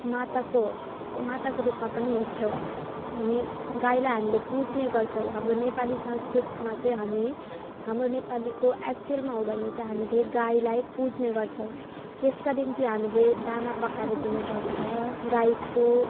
माताको माताको रूपमा पनि हेर्छौँ हामी गाईलाई हामीले पुज्नेे गर्छौँ हाम्रो नेपाली संस्कृतमा चाहिँ हामी हाम्रो नेपालीको एक्चुएलमा हो भने चाहिँ हामीले गाईलाई पुज्ने गर्छौँ यसका निम्ति हामीले दाना पकाएर दिनु पर्छ गाईको